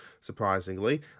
surprisingly